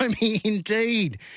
indeed